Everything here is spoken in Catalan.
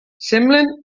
semblen